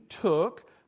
took